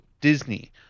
Disney